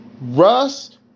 Russ